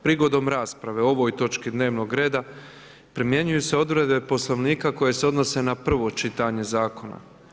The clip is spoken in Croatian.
Prigodom rasprave o ovoj točki dnevnog reda primjenjuju se odredbe Poslovnika koje se odnose na prvo čitanje zakona.